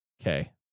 Okay